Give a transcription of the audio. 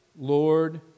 Lord